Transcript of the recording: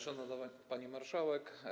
Szanowna Pani Marszałek!